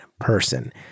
person